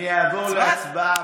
אני אעבור להצבעה.